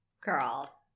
Girl